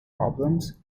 problems